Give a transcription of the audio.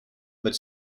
but